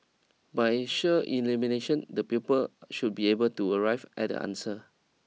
by sheer elimination the pupils should be able to arrive at the answer